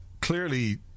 clearly